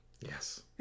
yes